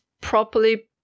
properly